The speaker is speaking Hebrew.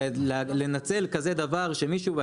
לנצל כזה דבר שמישהו,